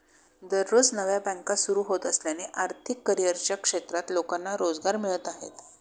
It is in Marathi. दररोज नव्या बँका सुरू होत असल्याने आर्थिक करिअरच्या क्षेत्रात लोकांना रोजगार मिळत आहे